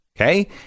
Okay